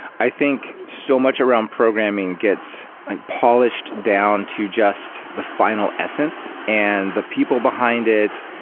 i think so much around programming gets polished down to just the final essence, and the people behind it,